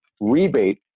rebate